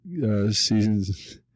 seasons